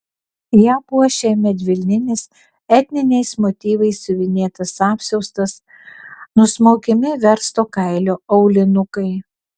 ją puošė medvilninis etniniais motyvais siuvinėtas apsiaustas nusmaukiami versto kailio aulinukai